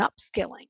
upskilling